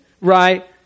right